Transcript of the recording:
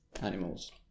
animals